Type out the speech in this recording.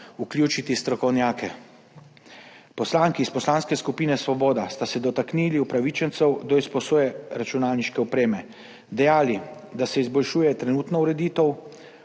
vključiti strokovnjake. Poslanki iz Poslanske skupine Svoboda sta se dotaknili upravičencev do izposoje računalniške opreme, dejali, da se izboljšuje trenutna ureditev,